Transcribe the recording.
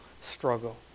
struggle